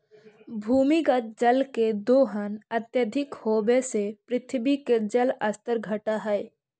भूमिगत जल के दोहन अत्यधिक होवऽ से पृथ्वी के जल स्तर घटऽ हई